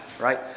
right